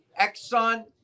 Exxon